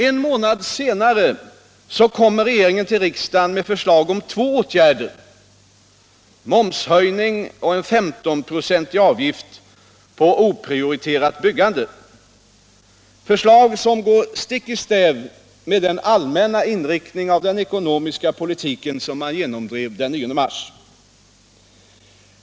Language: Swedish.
En månad senare kommer regeringen till riksdagen med förslag om två åtgärder: momshöjning och en 15-procentig avgift på oprioriterat byggande, förslag som går stick i stäv mot den allmänna inriktningen av den ekonomiska politik som genomdrevs den 9 mars.